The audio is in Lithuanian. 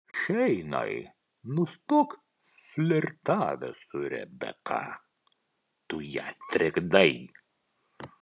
šeinai nustok flirtavęs su rebeka tu ją trikdai